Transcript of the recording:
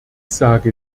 sage